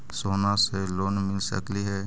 सोना से लोन मिल सकली हे?